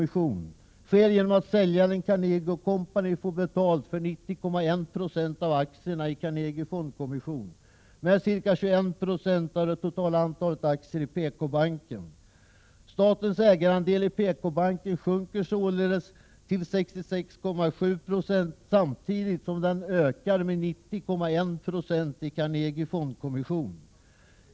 Statens ägarandel i PKbanken sjunker således till 66,7 20 samtidigt som den ökar med 90,1 70 i Carnegie Fondkommission.